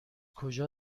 کجا